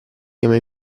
chiama